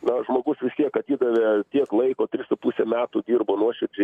na žmogus vis tiek atidavė tiek laiko tris su puse metų dirbo nuoširdžiai